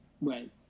right